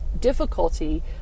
difficulty